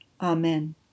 Amen